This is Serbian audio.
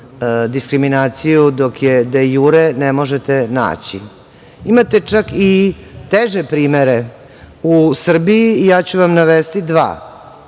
diskriminaciju, dok je de jure ne možete naći. Imate čak i teže primere u Srbiji u ja ću vam navesti dva.